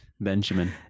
Benjamin